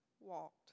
walked